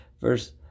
verse